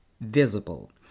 visible